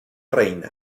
reina